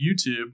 YouTube